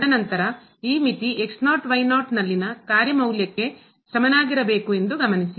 ತದ ನಂತರ ಈ ಮಿತಿ ನಲ್ಲಿನ ಕಾರ್ಯ ಮೌಲ್ಯಕ್ಕೆ ಸಮನಾಗಿರಬೇಕು ಎಂದು ಗಮನಿಸಿ